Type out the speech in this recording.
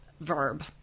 verb